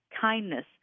kindness